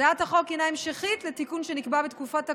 הצעת החוק היא המשכית לתיקון שנקבע בתקופת הקורונה,